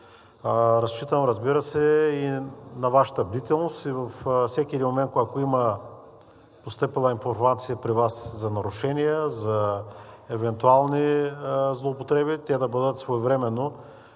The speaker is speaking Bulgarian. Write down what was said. Разчитам, разбира се, и на Вашата бдителност и във всеки един момент, когато има постъпила информация при Вас за нарушения, за евентуални злоупотреби, те да бъдат своевременно